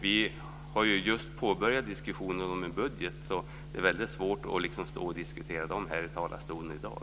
Vi har ju just påbörjat diskussionen om budgeten, så det är väldigt svårt att diskutera de här frågorna här i talarstolen i dag.